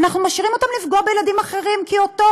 אנחנו משאירים אותם לפגוע בילדים אחרים, כי אותו